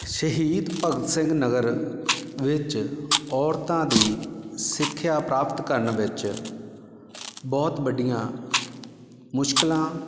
ਸ਼ਹੀਦ ਭਗਤ ਸਿੰਘ ਨਗਰ ਵਿੱਚ ਔਰਤਾਂ ਦੀ ਸਿੱਖਿਆ ਪ੍ਰਾਪਤ ਕਰਨ ਵਿੱਚ ਬਹੁਤ ਵੱਡੀਆਂ ਮੁਸ਼ਕਿਲਾਂ